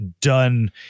done